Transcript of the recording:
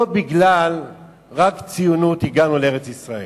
לא רק בגלל ציונות הגענו לארץ-ישראל.